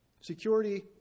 security